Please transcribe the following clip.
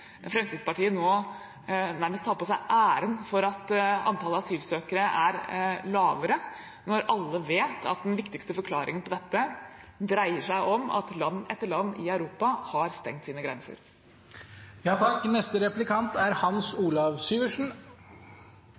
Fremskrittspartiet nå nærmest tar æren for at antallet asylsøkere er lavere, når alle vet at den viktigste forklaringen på dette dreier seg om at land etter land i Europa har stengt sine